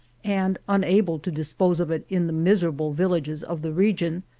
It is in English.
and unable to dispose of it in the miserable villages of the region,